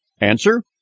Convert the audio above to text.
Answer